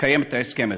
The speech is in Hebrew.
לקיים את ההסכם הזה.